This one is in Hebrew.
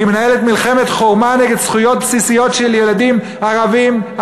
היא מנהלת מלחמת חורמה נגד זכויות בסיסיות של ילדים ערבים,